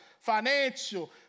financial